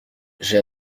j’ai